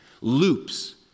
Loops